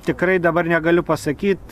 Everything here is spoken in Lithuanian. tikrai dabar negaliu pasakyt